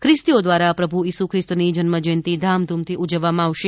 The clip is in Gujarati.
ખ્રિસ્તીઓ દ્વારા પ્રભુ ઇસુ ખ્રિસ્તની જન્જયંતિ ધામધૂમથી ઉજવવામાં આવશે